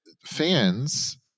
fans